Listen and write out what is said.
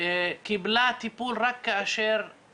קיבלה טיפול רק כאשר